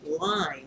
line